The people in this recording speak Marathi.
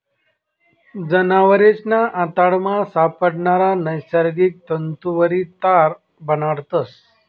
जनावरेसना आतडामा सापडणारा नैसर्गिक तंतुवरी तार बनाडतस